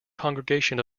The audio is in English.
congregation